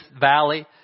valley